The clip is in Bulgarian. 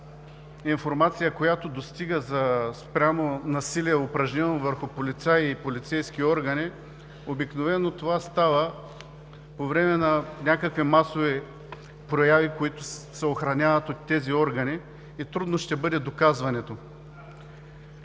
информация спрямо насилие, упражнено върху полицай и полицейски органи, обикновено това става по време на някакви масови прояви, които се охраняват от тези органи, доказването